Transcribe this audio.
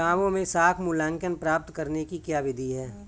गाँवों में साख मूल्यांकन प्राप्त करने की क्या विधि है?